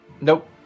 Nope